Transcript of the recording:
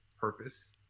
purpose